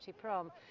Prom